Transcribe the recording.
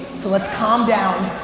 so let's calm down.